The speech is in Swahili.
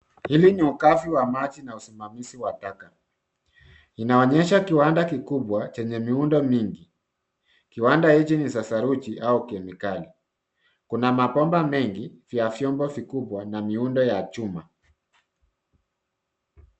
Hili ni ukavu wa maji na usimamizi wa taka. Inaonyesha kiwanda kikubwa chenye miundo mingi. Kiwanda hiki ni cha saruji au kemikali. Kuna mabomba ya vyumba vikubwa na miundo ya chuma.